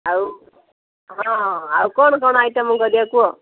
ଆଉ ହଁ ହଁ ଆଉ କ'ଣ କ'ଣ ଆଇଟମ୍ କରିବା କୁହ